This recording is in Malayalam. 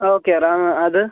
ഓക്കെ റാം അത്